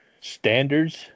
standards